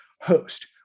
host